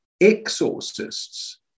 exorcists